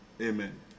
amen